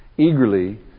eagerly